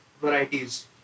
varieties